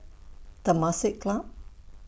Temasek Club